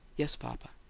yes, papa.